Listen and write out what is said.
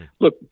Look